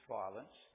violence